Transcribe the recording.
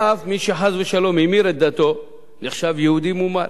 ואף מי שחס ושלום המיר את דתו נחשב יהודי מומר,